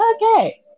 Okay